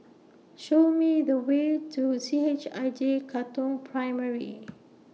Show Me The Way to C H I J Katong Primary